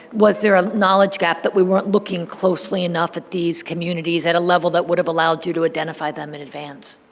was there a knowledge gap that we weren't looking closely enough at these communities at a level that would have allowed you to identify them in advance?